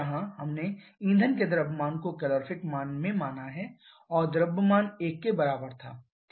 जहां हमने ईंधन के द्रव्यमान को कैलोरीफीक मान में माना है और द्रव्यमान 1 के बराबर था ठीक है